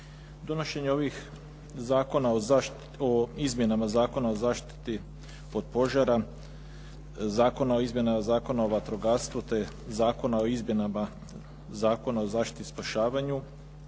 Donošenje ovih Zakona o izmjenama Zakona o zaštiti od požara, Zakona o izmjenama Zakona o vatrogastvu te Zakona o izmjenama Zakona o zaštiti i spašavanju